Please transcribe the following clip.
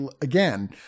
Again